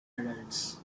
adults